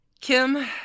Kim